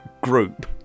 group